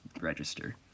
register